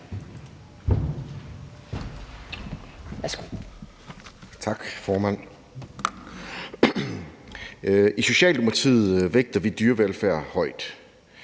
(S): Tak, formand. I Socialdemokratiet vægter vi dyrevelfærd højt,